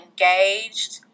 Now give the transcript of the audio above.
engaged